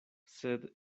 sed